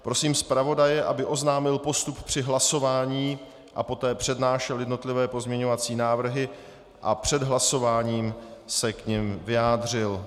Prosím zpravodaje, aby oznámil postup při hlasování a poté přednášel jednotlivé pozměňovací návrhy a před hlasováním se k nim vyjádřil.